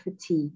fatigue